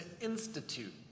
institute